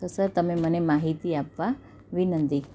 તો સર તમે મને માહિતી આપવા વિનંતી